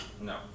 no